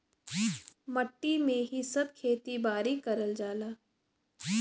मट्टी में ही सब खेती बारी करल जाला